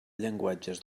llenguatges